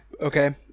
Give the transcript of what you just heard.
okay